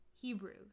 Hebrew